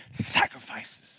sacrifices